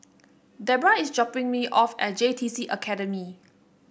Deborah is dropping me off at J T C Academy